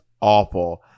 awful